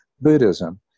Buddhism